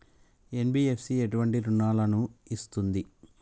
NBFC ఎటువంటి రుణాలను ఇస్తుంది?